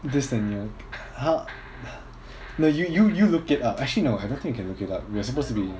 this than you I'll no you you you look it up actually no I don't think you can look it up we are supposed to be